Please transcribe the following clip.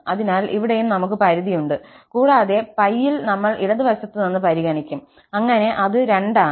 അതിനാൽ ഇവിടെയും നമുക്ക് പരിധിയുണ്ട് കൂടാതെ π ൽ നമ്മൾ ഇടതു വശത്ത് നിന്ന് പരിഗണിക്കും അങ്ങനെ അത് 2 ആണ്